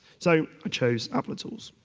so i chose applitools.